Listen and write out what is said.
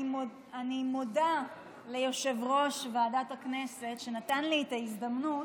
אני מודה ליושב-ראש ועדת הכנסת שנתן לי את ההזדמנות